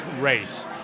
race